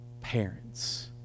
parents